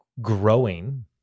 growing